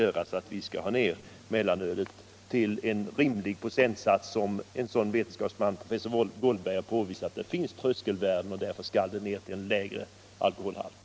Och att sänka mellanölets procentsats till en rimlig nivå är en enkel sak som vi bör göra. Som professor Goldberg har påvisat finns det tröskelvärden, och därför skall mellanölet ha en lägre alkoholhalt.